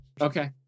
Okay